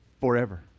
forever